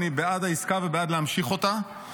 בעד העסקה ובעד להמשיך אותה,